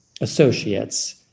associates